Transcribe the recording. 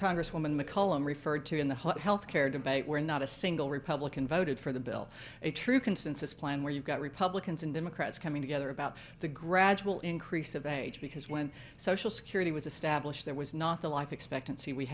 congresswoman mccollum referred to in the health care debate were not a single republican voted for the bill a true consensus plan where you got republicans and democrats coming together about the gradual increase of age because when social security was established there was not the life expectancy we